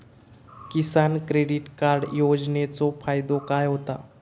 किसान credit card योजनेचो फायदो काय होता?